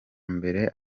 mbere